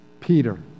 Peter